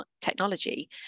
technology